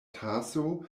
taso